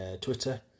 Twitter